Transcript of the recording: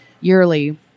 yearly